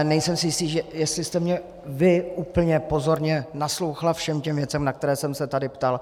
Nejsem si jistý, jestli jste vy úplně pozorně naslouchala všem těm věcem, na které jsem se tady ptal.